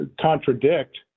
contradict